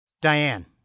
Diane